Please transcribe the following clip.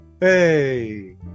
Hey